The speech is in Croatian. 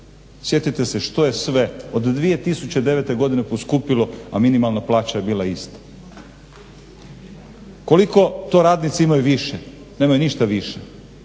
Sjetite se što je sve od 2009.godine poskupilo a minimalna plaća je bila ista. Koliko to radnici imaju više? Nemaju ništa više.